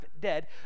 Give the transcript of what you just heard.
dead